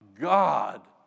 God